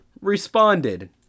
responded